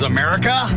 America